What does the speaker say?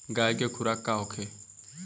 गाय के खुराक का होखे?